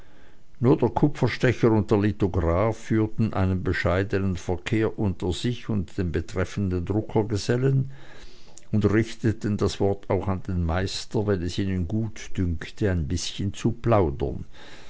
nur der kupferstecher und der lithograph führten einen bescheidenen verkehr unter sich und den betreffenden druckergesellen und richteten das wort auch an den meister wenn es ihnen gutdünkte ein bißchen zu plaudern